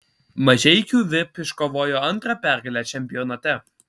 mažeikių vip iškovojo antrą pergalę čempionate